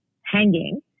hanging